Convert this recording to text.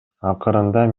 акырында